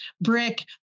brick